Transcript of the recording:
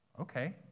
Okay